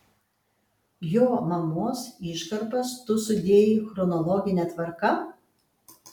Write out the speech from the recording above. jo mamos iškarpas tu sudėjai chronologine tvarka